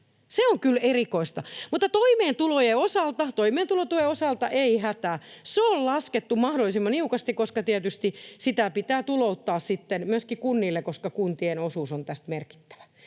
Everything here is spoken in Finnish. Se on kyllä erikoista, mutta toimeentulotuen osalta ei hätää, se on laskettu mahdollisimman niukasti, koska tietysti sitä pitää tulouttaa sitten myöskin kunnille, koska kuntien osuus on tästä merkittävä.